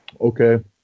okay